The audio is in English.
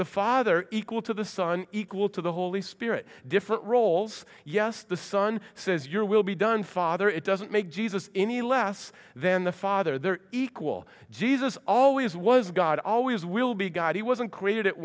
the father equal to the son equal to the holy spirit different roles yes the son says your will be done father it doesn't make jesus any less than the father they are equal jesus always was god always will be god he wasn't created at